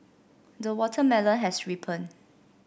the watermelon has ripened